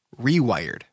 rewired